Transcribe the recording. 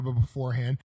beforehand